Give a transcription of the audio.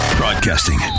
Broadcasting